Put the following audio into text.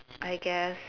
I guess